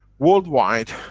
worldwide,